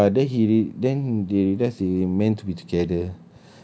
ya then he then they realised they meant to be together